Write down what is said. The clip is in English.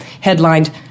headlined